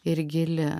ir gili